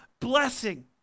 Blessing